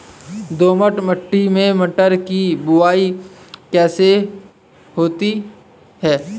दोमट मिट्टी में मटर की बुवाई कैसे होती है?